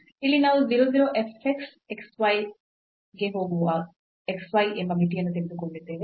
ಇಲ್ಲಿ ನಾವು 0 0 f x x y ಗೆ ಹೋಗುವ x y ಎಂಬ ಮಿತಿಯನ್ನು ತೆಗೆದುಕೊಂಡಿದ್ದೇವೆ